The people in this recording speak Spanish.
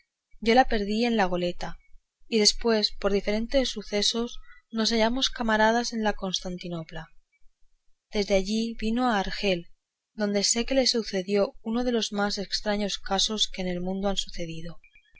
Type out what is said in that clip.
yo la perdí en la goleta y después por diferentes sucesos nos hallamos camaradas en costantinopla desde allí vino a argel donde sé que le sucedió uno de los más estraños casos que en el mundo han sucedido